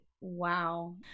Wow